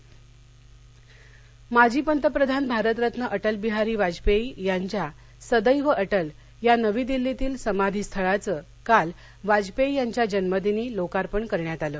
वाजपेयी समाधी माजी पंतप्रधान भारतरत्न अटल बिहारी वाजपेयी यांच्या सदैव अटल या नवी दिल्लीतील समाधी स्थळाचं काल वाजपेयी यांच्या जन्मदिनी लोकार्पण करण्यात आलं